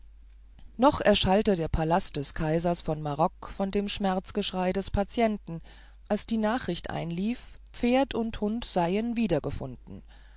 noch erschallte der palast des kaisers von marok von dem schmerzgeschrei des patienten als die nachricht einlief hund und pferd seien wiedergefunden